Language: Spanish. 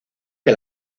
que